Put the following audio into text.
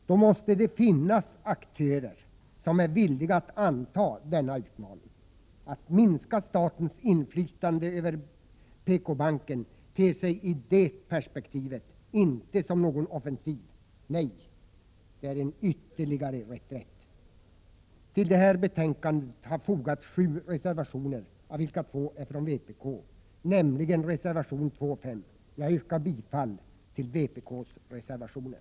Då måste det finnas aktörer som är villiga att anta denna utmaning. Att minska statens inflytande över PKbanken ter sig i det perspektivet inte som någon offensiv. Nej, det är en ytterligare reträtt! Till det här betänkandet har fogats sju reservationer, av vilka två är från vpk, nämligen reservationerna 2 och 5. Jag yrkar bifall till vpk:s reservationer.